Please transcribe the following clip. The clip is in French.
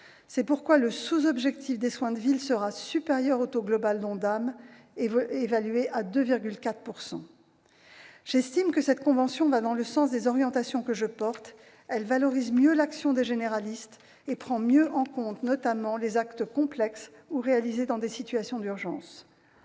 C'est pourquoi le sous-objectif des soins de ville, fixé à 2,4 %, sera supérieur au taux global de l'ONDAM. J'estime que cette convention va dans le sens des orientations que je porte : elle valorise mieux l'action des généralistes et prend mieux en compte, notamment, les actes complexes ou réalisés dans des situations d'urgence.